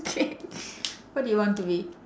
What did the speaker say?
K what do you want to be